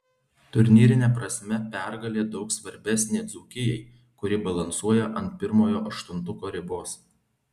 turnyrine prasme pergalė daug svarbesnė dzūkijai kuri balansuoja ant pirmojo aštuntuko ribos